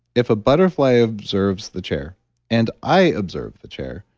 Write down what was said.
if a butterfly observes the chair and i observe the chair,